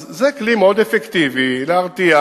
זה כלי מאוד אפקטיבי להרתיע,